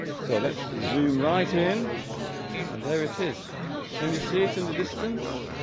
so let's zoom right in and there it is can you see it in the distance